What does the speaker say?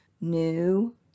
new